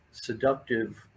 Seductive